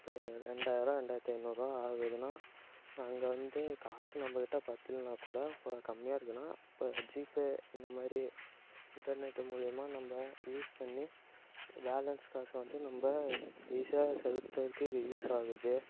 இப்போ ரெண்டாயிரம் ரெண்டாயிரத்து ஐந்நூறுரூவா ஆகுதுன்னா அங்கே வந்து காசு நம்பக்கிட்ட பத்தலைன்னா கூட இப்போ கம்மியாக இருக்குன்னா இப்போ ஜிபே இந்த மாதிரி இன்டர்நெட்டு மூலியமாக நம்ப யூஸ் பண்ணி பேலன்ஸ் காசு வந்து நம்ப ஈஸியாக செலுத்துவதற்கு இது யூஸ் ஆகுது